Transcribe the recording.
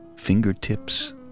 fingertips